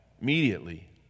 Immediately